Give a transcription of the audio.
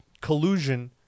collusion